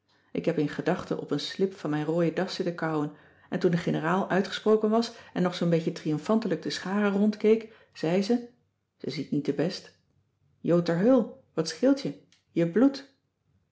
ik heb in gedachten op een slip van mijn rooie das zitten kauwen en toen de generaal uitgesproken was en nog zoo'n beetje triomfantelijk de schare rondkeek zei ze ze ziet niet te best jo ter heul wat scheelt je je bloedt